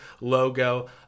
logo